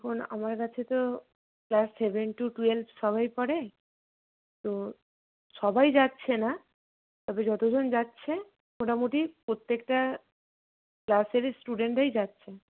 আমার কাছে তো ক্লাস সেভেন টু টুয়েলভ সবাই পড়ে তো সবাই যাচ্ছে না তবে যত জন যাচ্ছে মোটামুটি প্রত্যেকটা ক্লাসেরই স্টুডেন্টরাই যাচ্ছে